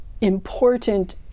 important